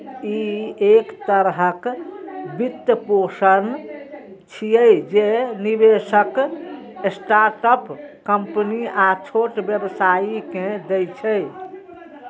ई एक तरहक वित्तपोषण छियै, जे निवेशक स्टार्टअप कंपनी आ छोट व्यवसायी कें दै छै